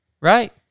right